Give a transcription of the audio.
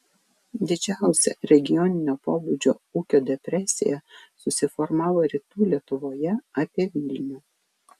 didžiausia regioninio pobūdžio ūkio depresija susiformavo rytų lietuvoje apie vilnių